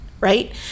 right